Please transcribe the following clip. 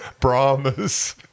Brahmas